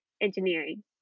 engineering